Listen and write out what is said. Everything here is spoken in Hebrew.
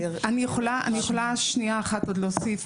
אני יכולה עוד להוסיף?